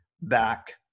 back